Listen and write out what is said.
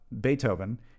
beethoven